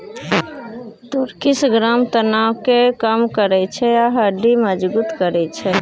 तुर्किश ग्राम तनाब केँ कम करय छै आ हड्डी मजगुत करय छै